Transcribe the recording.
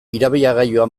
irabiagailua